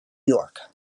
york